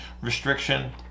restriction